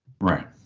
Right